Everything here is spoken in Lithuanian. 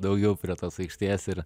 daugiau prie tos aikštės ir